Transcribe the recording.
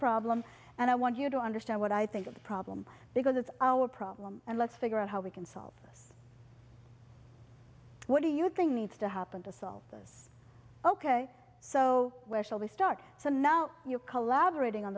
problem and i want you to understand what i think of the problem because it's our problem and let's figure out how we can solve this what do you think needs to happen to solve this ok so where shall we start so now you're collaborating on